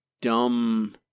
dumb